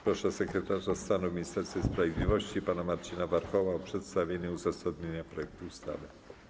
Proszę sekretarza stanu w Ministerstwie Sprawiedliwości pana Marcina Warchoła o przedstawienie uzasadnienia projektu ustawy.